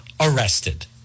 Arrested